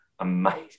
amazing